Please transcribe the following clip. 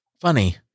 Funny